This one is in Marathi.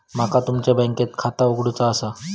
माका तुमच्या बँकेत बचत खाता उघडूचा असा?